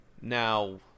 Now